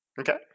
okay